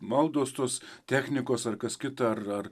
maldos tos technikos ar kas kita ar ar